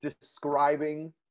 describing